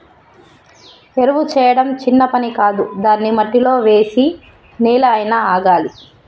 ఎరువు చేయడం చిన్న పని కాదు దాన్ని మట్టిలో వేసి నెల అయినా ఆగాలి